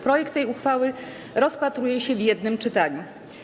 Projekt tej uchwały rozpatruje się w jednym czytaniu.